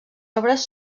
obres